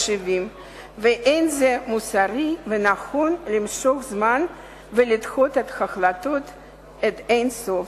ואין זה מוסרי ונכון למשוך זמן ולדחות החלטות עד אין סוף.